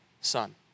son